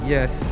Yes